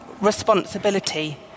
responsibility